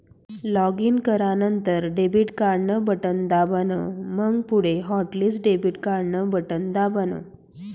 login करानंतर debit card न button दाबान, मंग पुढे हॉटलिस्ट डेबिट कार्डन बटन दाबान